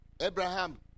Abraham